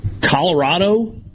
Colorado